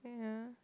yeah